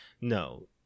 no